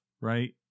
Right